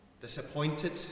disappointed